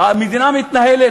המדינה מתנהלת,